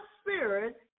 spirit